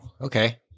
Okay